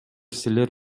силер